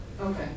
Okay